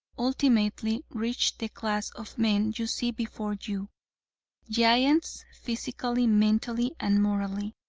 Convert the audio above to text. ultimately reached the class of men you see before you giants, physically, mentally and morally.